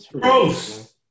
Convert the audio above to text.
Gross